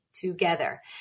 together